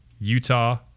Utah